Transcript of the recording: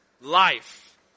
life